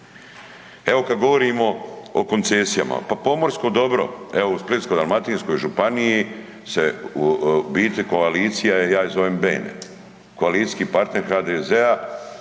Evo kad govorimo o koncesijama pa pomorsko dobro, evo u Splitsko-dalmatinskoj županiji se u biti koalicija ja je zovem „bene“ koalicijski partner HDZ-a